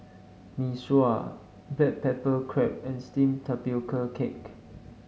Mee Sua Black Pepper Crab and steamed Tapioca Cake